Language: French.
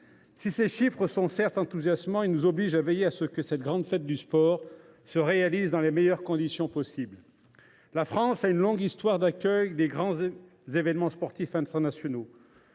Si ces chiffres sont certes enthousiasmants, ils nous obligent à veiller à ce que cette grande fête du sport se réalise dans les meilleures conditions possible. La France a une longue histoire d’accueil des plus grands événements sportifs internationaux.